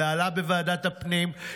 זה עלה בוועדת הפנים,